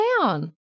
down